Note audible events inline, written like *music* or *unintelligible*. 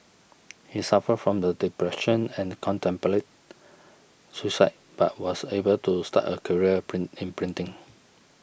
he suffered from the depression and contemplated suicide but was able to start a career *unintelligible* in printing